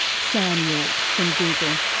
sam yorke from google.